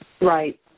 Right